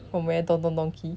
from where don don donki